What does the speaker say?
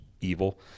evil